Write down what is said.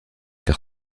car